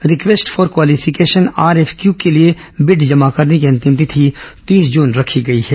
request for qualification RFQ के लिए bid जमा करने की अंतिम तिथि तीस जुन रखी गई है